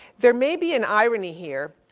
there may be an irony here,